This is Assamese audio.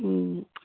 ও